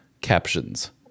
Captions